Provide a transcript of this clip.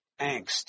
angst